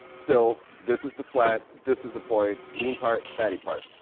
still, this is the flat, this is the point. lean part, fatty part.